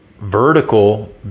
vertical